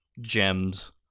gems